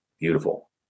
beautiful